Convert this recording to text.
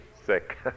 sick